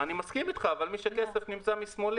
אני מסכים אתך אבל מי שעוסק בכסף נמצא לשמאלי.